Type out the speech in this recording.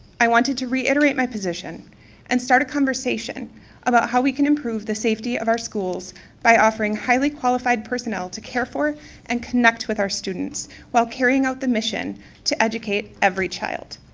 i wanted to reiterate my position and start a conversation about how we can improve the safety of our schools by offering highly qualified personnel to care for and connect with our students in carrying out the mission to educate every child.